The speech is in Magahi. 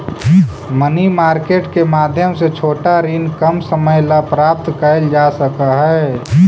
मनी मार्केट के माध्यम से छोटा ऋण कम समय ला प्राप्त कैल जा सकऽ हई